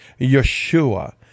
Yeshua